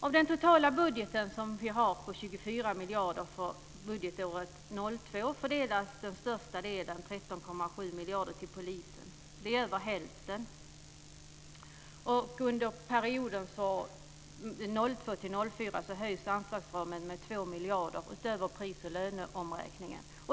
Av den totala budget som vi har på 24 miljarder för budgetåret 2002 fördelas den största delen, 13,7 miljarder, till polisen. Det är över hälften. Under perioden 2002-2004 höjs anslagsramen med 2 miljarder utöver pris och löneomräkningen.